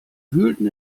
wühlten